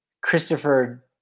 Christopher